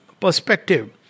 perspective